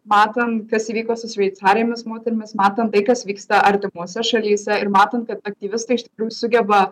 matant kas įvyko su šveicarėmis moterimis matant tai kas vyksta artimose šalyse ir matant kad aktyvistai iš tikrųjų sugeba